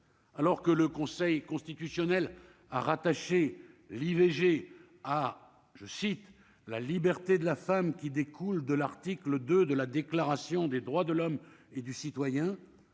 alors que le Conseil constitutionnel a rattaché l'IVG ah je cite la liberté de la femme qui découle de l'article 2 de la déclaration des droits de l'homme et du citoyen,